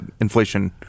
inflation